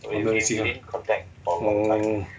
orh 没有联系 lah oh